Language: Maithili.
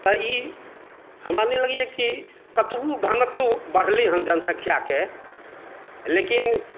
तऽ ई हमरा नहि लगैया कि कतबो घनत्व बढ़लै हन जनसंख्याके लेकिन